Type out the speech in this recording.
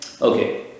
Okay